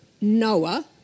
Noah